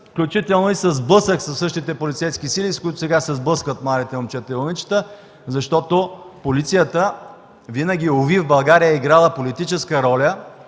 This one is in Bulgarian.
включително и със сблъсък със същите полицейски сили, с които сега се сблъскват младите момчета и момичета, защото полицията винаги, уви, в България е играла политическа роля,